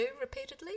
repeatedly